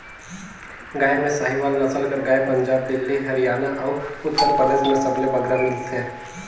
गाय में साहीवाल नसल कर गाय पंजाब, दिल्ली, हरयाना अउ उत्तर परदेस में सबले बगरा मिलथे